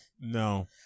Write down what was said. no